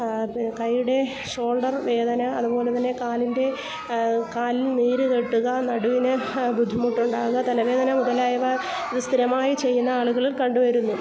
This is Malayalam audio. കൈയുടെ ഷോൾഡർ വേദന അതുപോലെ തന്നെ കാലിൻ്റെ കാലിന് നീര് കെട്ടുക നടുവിന് ബുദ്ധിമുട്ട് ഉണ്ടാകാം തലവേദന മുതലായവ ഇത് സ്ഥിരമായി ചെയ്യുന്ന ആളുകളിൽ കണ്ട് വരുന്നു